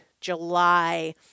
July